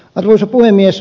arvoisa puhemies